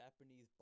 Japanese